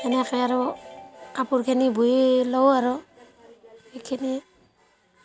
এনেকৈ আৰু কাপোৰখিনি বৈ লওঁ আৰু সেইখিনিয়েই